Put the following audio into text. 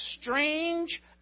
strange